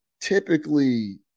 typically –